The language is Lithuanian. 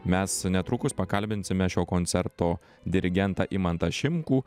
mes netrukus pakalbinsime šio koncerto dirigentą imantą šimkų